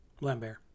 Lambert